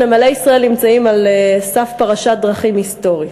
נמלי ישראל נמצאים על סף פרשת דרכים היסטורית.